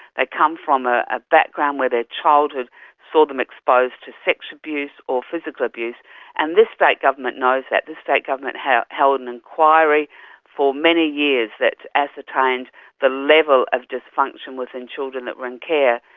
they come from a ah background where their childhood saw them exposed to sex abuse or physical abuse and this state government knows that, this state government held held an inquiry for many years that ascertained the level of dysfunction was in children that were in care,